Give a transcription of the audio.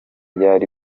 byari